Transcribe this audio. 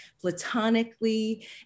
platonically